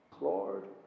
Lord